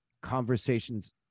conversations